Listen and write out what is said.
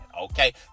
okay